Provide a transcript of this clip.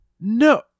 No